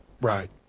Right